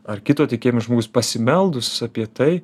ar kito tikėjimo žmogus pasimeldus apie tai